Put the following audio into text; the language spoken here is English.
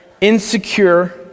Insecure